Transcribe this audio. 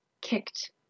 kicked